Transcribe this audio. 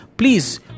Please